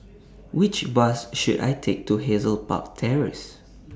Which Bus should I Take to Hazel Park Terrace